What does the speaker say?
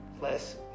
less